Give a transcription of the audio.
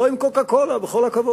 לא עם קוקה-קולה, בכל הכבוד.